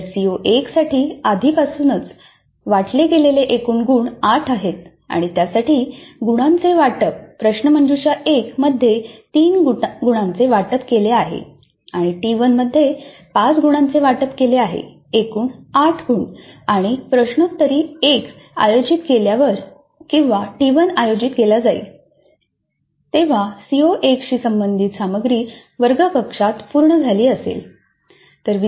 तर सीओ 1 साठी आधीपासूनच वाटले गेलेले एकूण गुण 8 आहेत आणि त्यासाठी गुणांचे वाटप प्रश्नमंजुषा 1 मध्ये 3 गुणांचे वाटप केले आहे आणि टी 1 मध्ये 5 गुणांचे वाटप केले आहे एकूण 8 गुण आणि प्रश्नोत्तरी 1 आयोजित केल्यावर किंवा टी 1 आयोजित केला जाईल तेव्हा सीओ 1 शी संबंधित सामग्री वर्ग कक्षात पूर्ण झाली असेल